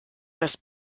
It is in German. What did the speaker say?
das